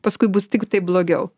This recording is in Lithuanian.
paskui bus tiktai blogiau